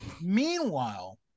Meanwhile